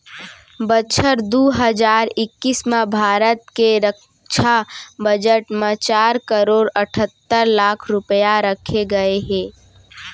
बछर दू हजार इक्कीस म भारत के रक्छा बजट म चार करोड़ अठत्तर लाख रूपया रखे गए हे